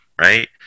right